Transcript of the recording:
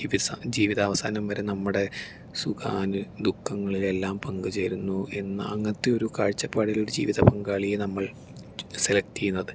ജീവി ജീവിതാവസാനം വരെ നമ്മുടെ സുഖാനു ദൂഃഖങ്ങളിലെല്ലാം പങ്ക് ചേരുന്നു എന്ന അങ്ങനത്തെ ഒരു കാഴ്ചപ്പാടിൽ ഒരു ജീവിത പങ്കാളിയെ നമ്മൾ സെലെക്ട് ചെയ്യുന്നത്